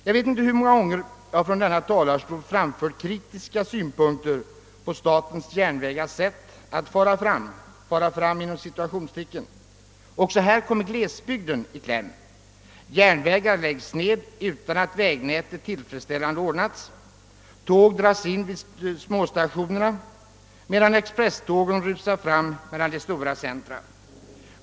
Jag vet inte hur många gånger jag från denna talarstol framfört kritiska synpunkter på statens järnvägars sätt att »fara fram». Också härvidlag kommer glesbygden i kläm. Järnvägar läggs ned utan att vägnätet ordnats tillfredsställande. Tåg dras in vid småstationerna medan expresstågen rusar fram mellan de stora centra.